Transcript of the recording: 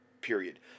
period